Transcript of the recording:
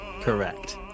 Correct